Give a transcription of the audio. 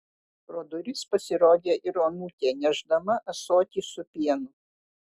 pro duris pasirodė ir onutė nešdama ąsotį su pienu